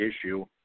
issue